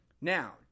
Now